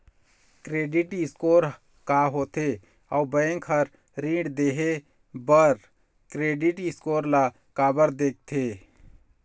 Credit score का होथे अउ बैंक हर ऋण देहे बार क्रेडिट स्कोर ला काबर देखते?